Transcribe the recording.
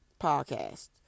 podcast